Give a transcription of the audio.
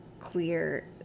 clear